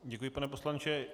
Děkuji, pane poslanče.